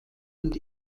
und